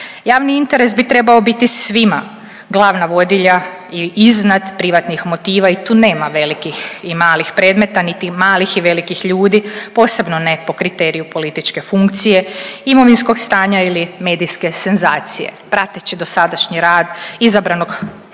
Javni interes bi trebao biti svima, glavna vodilja i iznad privatnih motiva i tu nema velikih i malih predmeta, niti malih i velikih ljudi, posebno ne po kriteriju političke funkcije, imovinskog stanja ili medijske senzacije. Prateći dosadašnji rad izabranog kandidata